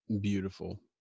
Beautiful